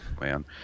man